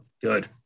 good